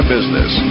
Business